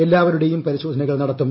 എല്ലാവരുടേയും പരിശോധനകൾ നടത്തും